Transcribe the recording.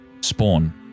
spawn